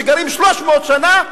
שגרים 300 שנה,